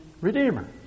redeemer